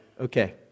Okay